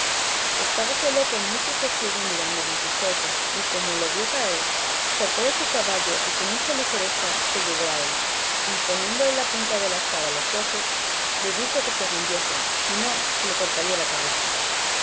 tierra estábaselo con mucho sosiego mirando don quijote y como lo vio caer saltó de su caballo y con mucha ligereza se llegó a él y poniéndole la punta de la espada en los ojos le dijo que se rindiese si no que le cortaría la cabeza